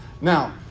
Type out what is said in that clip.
Now